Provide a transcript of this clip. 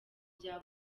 bya